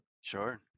Sure